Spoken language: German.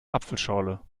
apfelschorle